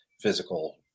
physical